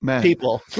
people